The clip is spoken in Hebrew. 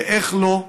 ואיך לא?